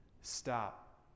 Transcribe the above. Stop